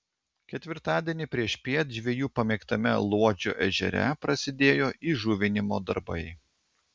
ketvirtadienį priešpiet žvejų pamėgtame luodžio ežere prasidėjo įžuvinimo darbai